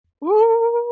Woo